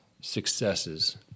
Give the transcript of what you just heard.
successes